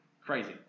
crazy